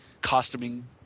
Costuming